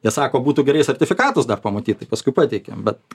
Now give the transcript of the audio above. jie sako būtų gerai sertifikatus dar pamatyt tai paskui pateikiam bet